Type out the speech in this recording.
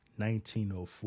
1904